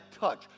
touch